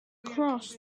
cross